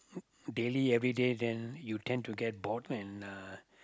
daily every day then you tend to get bored and uh